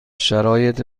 شرایط